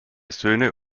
söhne